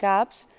apps